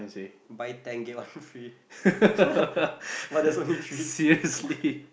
buy ten get one free but there's only three